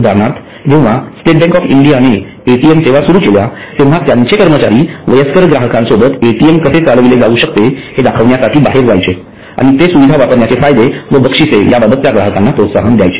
उदाहरणार्थ जेव्हा state bank of इंडियाने एटीएम सेवा सुरू केल्या तेव्हा त्यांचे कर्मचारी वयस्कर ग्राहकांसोबत एटीएम कसे चालविले जावू शकते हे दाखवण्यासाठी बाहेर जायचे आणि ते सुविधा वापरण्याचे फायदे व बक्षिसे बाबत त्यां ग्राहकांना प्रोत्साहन द्यायचे